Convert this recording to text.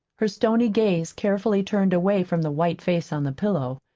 her stony gaze carefully turned away from the white face on the pillow.